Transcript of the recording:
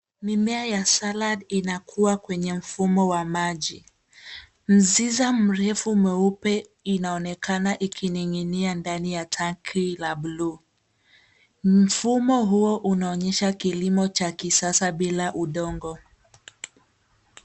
Mimea ya salad inakua kwenye mfumo wa maji. Mziza mrefu mweupe inaonekana ikining'inia ndani ya tanki la blue . Mfumo huo unaonyesha kilimo cha kisasa bila udongo.